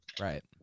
Right